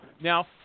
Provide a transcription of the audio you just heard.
Now